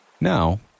Now